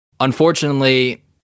Unfortunately